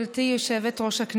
היושבת-ראש,